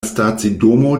stacidomo